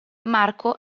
marco